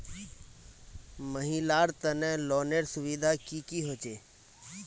महिलार तने लोनेर सुविधा की की होचे?